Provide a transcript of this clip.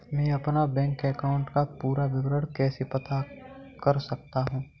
मैं अपने bank account का पूरा विवरण कैसे पता कर सकता हूँ?